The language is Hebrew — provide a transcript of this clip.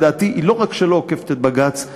לא רק שהיא לא עוקפת את פסיקת בג"ץ,